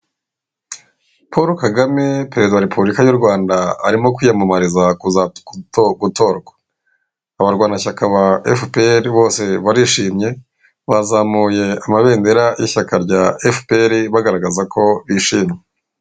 Paul Kagame perezida wa repubulika y'u Rwanda arimo kwiyamamariza gutorwa, abarwanashyaka ba efuperi bose barishimye bazamuye amabendera y'ishyaka rya efuperi bagaragaza ko bishimye.